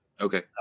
Okay